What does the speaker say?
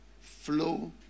flow